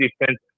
defense